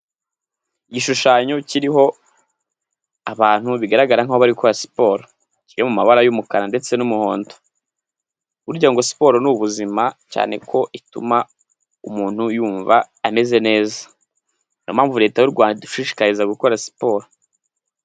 Igishushanyo kiriho abantu bigaragara nk'aho bari gukora siporo, kikaba kiri mu mabara y'umukara ndetse n'umuhondo, burya ngo siporo ni ubuzima cyane ko ituma umuntu yumva ameze neza, ni iyo mpamvu leta y'u Rwanda idushishikariza gukora siporo.